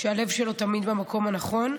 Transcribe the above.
שהלב שלו תמיד במקום הנכון,